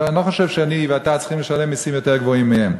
אני לא חושב שאני ואתה צריכים לשלם מסים יותר גבוהים מהם.